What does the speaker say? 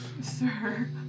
Sir